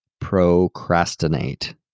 procrastinate